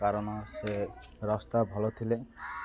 କାରଣ ସେ ରାସ୍ତା ଭଲ ଥିଲେ